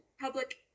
public